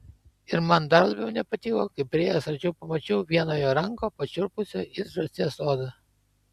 ir man dar labiau nepatiko kai priėjęs arčiau pamačiau vieną jo ranką pašiurpusią it žąsies oda